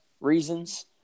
reasons